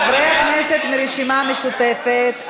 חברי הכנסת מהרשימה המשותפת,